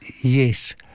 Yes